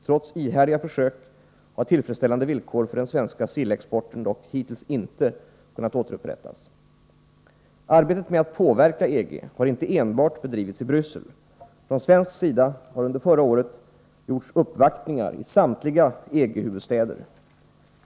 Trots ihärdiga försök har tillfredsställande villkor för den svenska sillexporten dock hittills inte kunnat återupprättas. Arbetet med att påverka EG har inte enbart bedrivits i Bryssel. Från svensk sida har under förra året gjorts uppvaktningar i samtliga EG-huvudstäder.